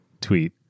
tweet